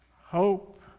hope